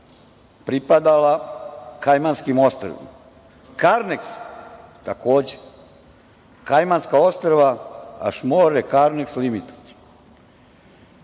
pripadala Kajmanskim ostrvima, „Karneks“, takođe, Kajmanska ostrva, „Ašmor Karneks Limitid“.